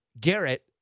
Garrett